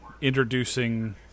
introducing